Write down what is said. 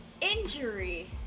injury